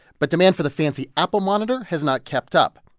but demand for the fancy apple monitor has not kept up.